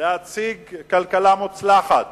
להציג כלכלה מוצלחת,